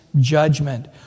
judgment